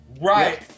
Right